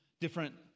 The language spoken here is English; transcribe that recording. different